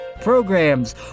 programs